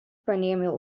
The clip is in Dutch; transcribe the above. paneermeel